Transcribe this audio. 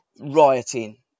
rioting